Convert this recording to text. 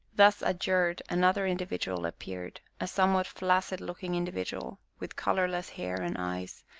thus adjured, another individual appeared a somewhat flaccid-looking individual, with colorless hair and eyes,